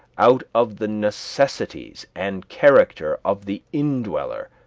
out of the necessities and character of the indweller,